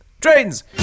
Trains